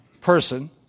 person